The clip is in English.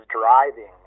driving